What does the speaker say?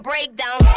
Breakdown